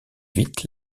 vite